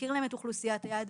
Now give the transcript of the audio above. להכיר להם את אוכלוסיית היעד,